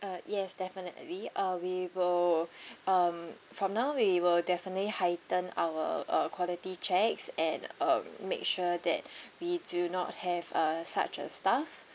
uh yes definitely uh we will um from now we will definitely heighten our uh quality checks and um make sure that we do not have uh such a staff